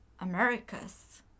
Americas